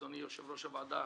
אדוני יושב-ראש הוועדה,